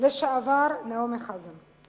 לשעבר נעמי חזן.